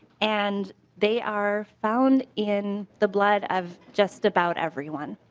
and they are found in the blood of just about everyone.